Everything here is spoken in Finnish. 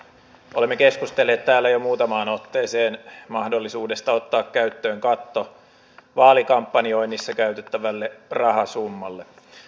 olemme keskustelleet täällä jo muutamaan otteeseen mahdollisuudesta ottaa käyttöön katto vaalikampanjoinnissa käytettävälle rahasummalle